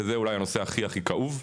וזה אולי הנושא הכי הכי כאוב.